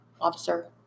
officer